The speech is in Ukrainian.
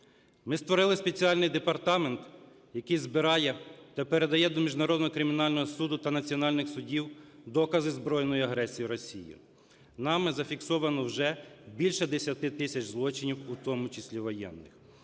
Ми створили спеціальний департамент, який збирає та передає до Міжнародного кримінального суду та національних судів докази збройної агресії Росії. Нами зафіксовано вже більше десяти тисяч злочинів, у тому числі воєнних.